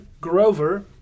Grover